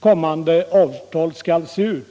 kommande avtal skail se ut.